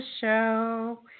show